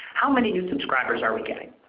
how many new subscribers are we getting?